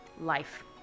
life